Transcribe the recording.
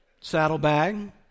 saddlebag